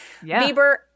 Bieber